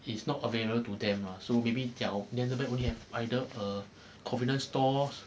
it is not available to them lah so maybe they're 那边 only have either a convenience store